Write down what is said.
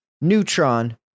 Neutron